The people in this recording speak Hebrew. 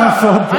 מה לעשות.